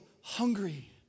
hungry